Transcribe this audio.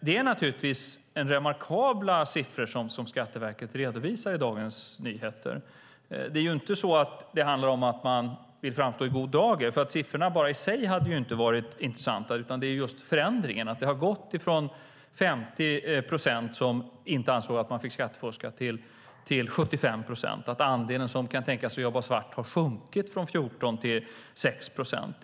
Det är naturligtvis remarkabla siffror som Skatteverket redovisar i Dagens Nyheter. Det handlar inte om att man vill framstå i god dager, för bara siffrorna i sig hade inte varit intressanta. Det handlar just om förändringen, att det har gått från 50 procent som inte ansåg att man fick skattefuska till 75 procent. Andelen som kan tänka sig att jobba svart har sjunkit från 14 till 6 procent.